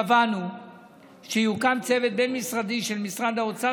קבענו שיוקם צוות בין-משרדי של משרד האוצר